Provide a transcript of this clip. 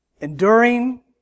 Enduring